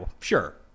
sure